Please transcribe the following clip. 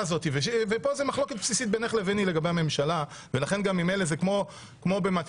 ופה זה מחלוקת בסיסית בינך לביני לגבי הממשלה ולכן זה כמו במתמטיקה,